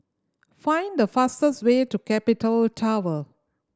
find the fastest way to Capital Tower